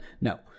No